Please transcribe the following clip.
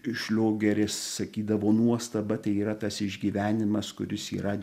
šliogeris sakydavo nuostaba tai yra tas išgyvenimas kuris yra